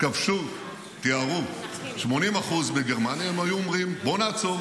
תארו לכם שבעלות הברית,